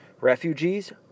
refugees